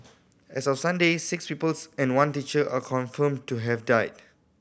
as of Sunday six pupils and one teacher are confirmed to have died